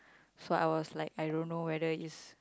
so I was like I don't know whether is